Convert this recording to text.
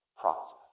process